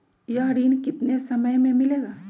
यह ऋण कितने समय मे मिलेगा?